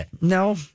no